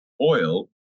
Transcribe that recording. oil